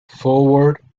foreword